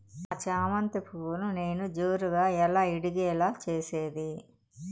నా చామంతి పువ్వును నేను జోరుగా ఎలా ఇడిగే లో చేసేది?